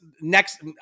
next